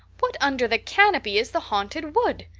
what under the canopy is the haunted wood?